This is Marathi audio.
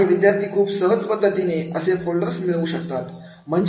आणि विद्यार्थी खूप खूप सहज पद्धतीने असे फोल्डर्स मिळू शकतात